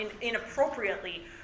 inappropriately